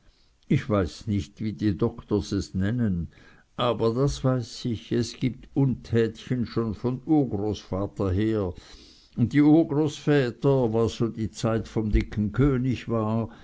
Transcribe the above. ich weiß nicht wie die dokters es nennen aber das weiß ich es gibt untätchen schon von n urgroßvater her un die urgroßväter was so die zeit von n dicken könig war